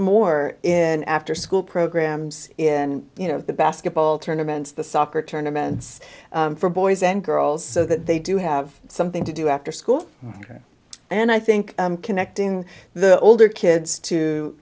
more in afterschool programs in you know the basketball tournaments the soccer tournaments for boys and girls so that they do have something to do after school and i think connecting the older kids to